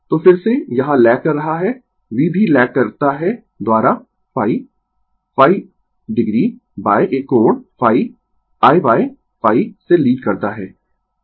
तो फिर से यहाँ लैग कर रहा है V भी लैग करता है द्वारा ϕ ϕo एक कोण ϕ Iϕ से लीड करता है